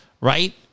right